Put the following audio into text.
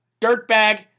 dirtbag